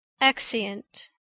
Exeunt